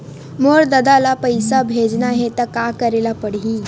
मोर ददा ल पईसा भेजना हे त का करे ल पड़हि?